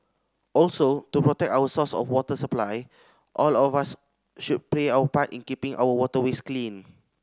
also to protect our source of water supply all of us should play our part in keeping our waterways clean